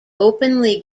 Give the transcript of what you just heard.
openly